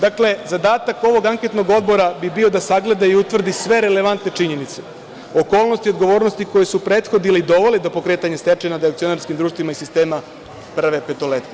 Dakle, zadatak ovog anketnog odbora bi bio da sagleda i utvrdi sve relevantne činjenice, okolnosti i odgovornosti koje su prethodile i dovele do pokretanja stečaja nad akcionarskim društvima iz sistema „Prve petoletke“